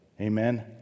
Amen